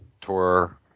Tour